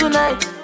Tonight